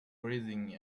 breathing